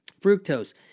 fructose